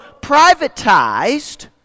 privatized